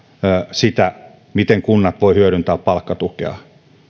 sitä miten kunnat voivat hyödyntää palkkatukea